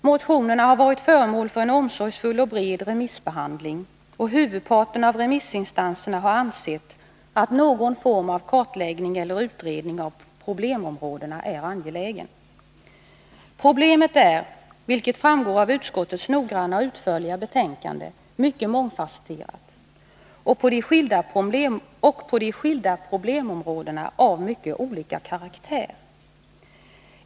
Motionerna har varit föremål för en omsorgsfull och bred remissbehandling, och huvudparten av remissinstanserna har ansett att någon form av kartläggning eller utredning av problemområdena är angelägen. = Problemet är — vilket framgår av utskottets noggranna och utförliga betänkande — mycket mångfasetterat och på de skilda problemområdena av mycket olika karaktär.